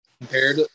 Compared